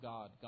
God